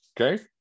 Okay